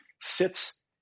sits